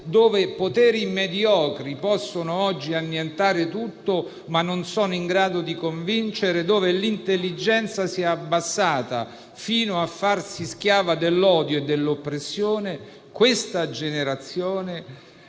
Dove poteri mediocri possono oggi annientare tutto, ma non sono in grado di convincere, dove l'intelligenza si è abbassata fino a farsi schiava dell'odio e dell'oppressione, questa generazione